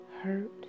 hurt